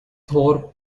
thorpe